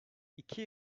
iki